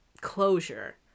closure